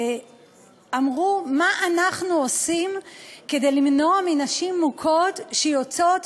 שאמרו: מה אנחנו עושים כדי למנוע מנשים מוכות שיוצאות